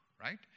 right